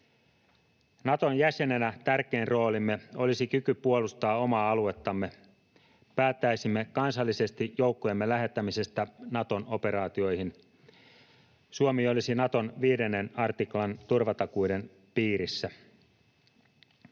Naton jäsenenä tärkein roolimme olisi kyky puolustaa omaa aluettamme, päättäisimme kansallisesti joukkojemme lähettämisestä Naton operaatioihin. Suomi olisi Naton 5 artiklan turvatakuiden piirissä.